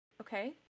Okay